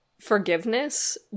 forgiveness